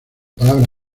palabra